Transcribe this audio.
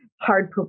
hard